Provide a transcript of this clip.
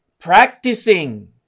practicing